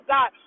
God